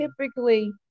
typically